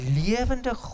levende